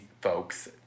folks